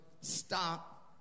stop